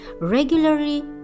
Regularly